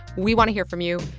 we want to hear from you.